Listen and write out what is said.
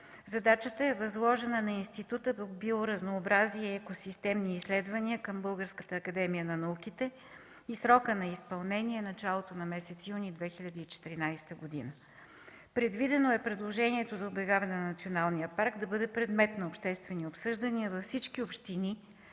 Задачата е възложена на Института в „Биоразнообразие и екосистемни изследвания” към Българската академия на науките и срокът на изпълнение е началото на месец юни 2014 г. Предвидено е предложението за обявяване на националния парк да бъде предмет на обществени обсъждания във всички общини,